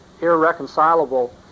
irreconcilable